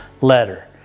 letter